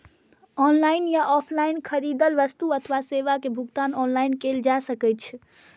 online या offline खरीदल वस्तु अथवा सेवा के भुगतान ऑनलाइन कैल जा सकैछ